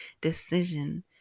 decision